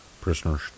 prisoners